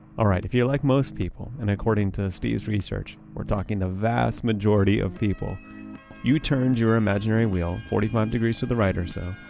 alright. if you're like most people and according to steve's research, we're talking the vast majority of people you turned your imaginary wheel forty five degrees to the right or so,